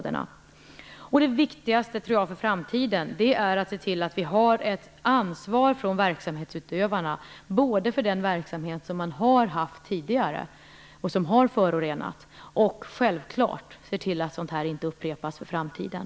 Det viktigaste för framtiden tror jag är att se till att verksamhetsutövarna har ett ansvar både för den verksamhet som man har haft tidigare och som har förorenat, och självklart ser till att sådant här inte upprepas i framtiden.